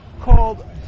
called